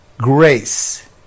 grace